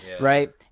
Right